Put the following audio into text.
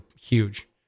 huge